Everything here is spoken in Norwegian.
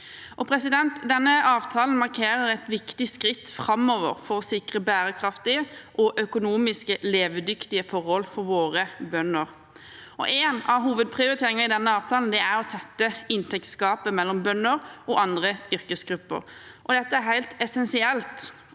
samfunn. Denne avtalen markerer et viktig skritt framover for å sikre bærekraftige og økonomisk levedyktige forhold for våre bønder. En av hovedprioriteringene i denne avtalen er å tette inntektsgapet mellom bønder og andre yrkesgrupper. Det er helt essensielt